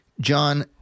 John